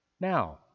Now